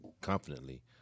confidently